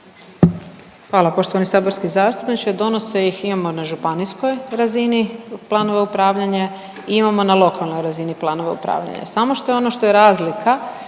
Hvala poštovani saborski zastupniče. Donose ih, imamo na županijskog razini planove upravljanje i imamo na lokalnoj razini planove upravljanja. Samo što ono što je razlika